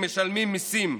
משלמים מיסים,